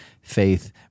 faith